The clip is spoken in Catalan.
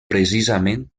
precisament